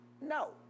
No